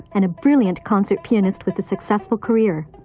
and a brilliant concert pianist with a successful career,